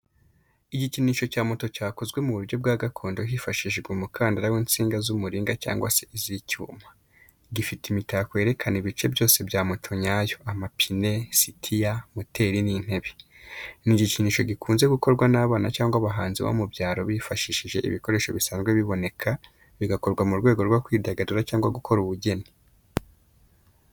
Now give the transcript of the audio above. Igikinisho cya moto cyakozwe mu buryo bwa gakondo hifashishijwe umukandara w’insinga z’umuringa cyangwa iz’icyuma. Gifite imitako yerekana ibice byose bya moto nyayo: amapine, sitiya, moteri, n’intebe. Ni igikinisho gikunze gukorwa n’abana cyangwa abahanzi bo mu byaro bifashishije ibikoresho bisanzwe biboneka, bigakorwa mu rwego rwo kwidagadura cyangwa gukora ubugeni.